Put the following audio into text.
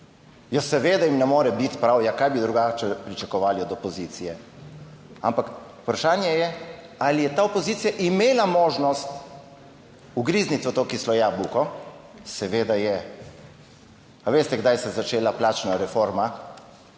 Ja seveda jim ne more biti prav, ja kaj bi drugače pričakovali od opozicije. Ampak vprašanje je, ali je ta opozicija imela možnost ugrizniti v to kislo jabolko. Seveda je. A veste kdaj se je začela plačna reforma?